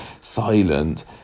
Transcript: silent